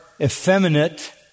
effeminate